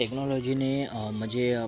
टेक्नाॅलॉजीने म्हणजे